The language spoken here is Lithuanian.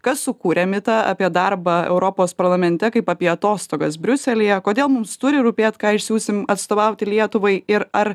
kas sukūrė mitą apie darbą europos parlamente kaip apie atostogas briuselyje kodėl mums turi rūpėt ką išsiųsim atstovauti lietuvai ir ar